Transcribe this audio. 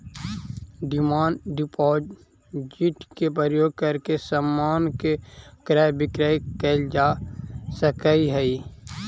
demand deposit के प्रयोग करके समान के क्रय विक्रय कैल जा सकऽ हई